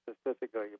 specifically